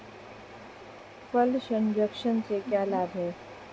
फल संरक्षण से क्या लाभ है?